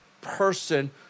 person